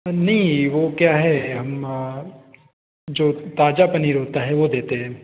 नहीं वह क्या है हम जो ताज़ा पनीर होता है वह देते हैं